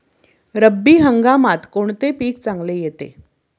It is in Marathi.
रब्बी हंगामात कोणते पीक चांगले येते?